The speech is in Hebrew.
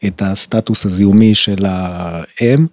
‫את הסטטוס הזיהומי של האם.